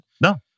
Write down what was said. No